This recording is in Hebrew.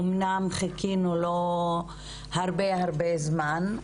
אמנם חיכינו לו הרבה הרבה זמן,